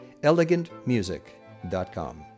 elegantmusic.com